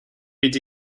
dvd